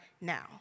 now